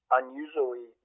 unusually